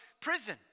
prison